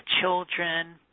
children